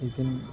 ఇంతే